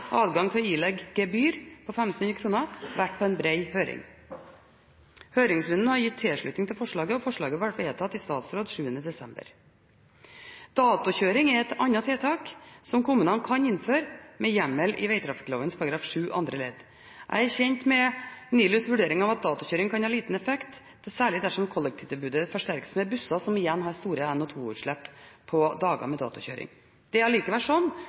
adgang til å ilegge gebyr på 1 500 kr vært på bred høring. Høringsrunden viser tilslutning til forslaget, og forslaget ble vedtatt i statsråd 7. desember. Datokjøring er et annet tiltak som kommunene kan innføre med hjemmel i vegtrafikkloven § 7 andre ledd. Jeg er kjent med NILUs vurdering av at datokjøring kan ha liten effekt, særlig dersom kollektivtilbudet forsterkes med busser som har store NO2-utslipp på dager med datokjøring. Det er